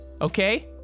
okay